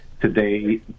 today